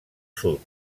sud